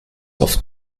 auf